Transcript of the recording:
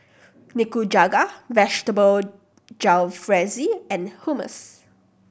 Nikujaga Vegetable Jalfrezi and Hummus